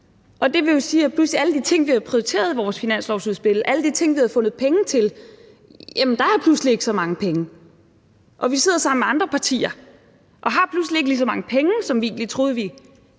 Og det vil jo sige, at alle de ting, vi havde prioriteret i vores finanslovudspil, alle de ting, vi havde fundet penge til, er der pludselig ikke så mange penge til, og vi sidder sammen med andre partier og har pludselig ikke lige så mange penge, som vi havde, da vi